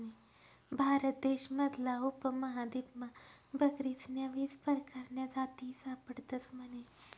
भारत देश मधला उपमहादीपमा बकरीस्न्या वीस परकारन्या जाती सापडतस म्हने